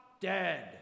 dead